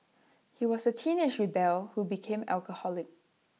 he was A teenage rebel who became alcoholic